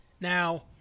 Now